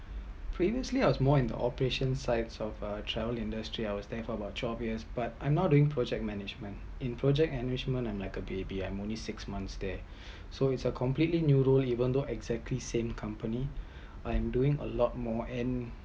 previously I was more in the operation side of travel industry I was there for about twelve years but I’m now doing project management in project enrichment I’m like a baby ah I’m only six months there so it’s a completely new role even though exactly same company I’m doing a lot more and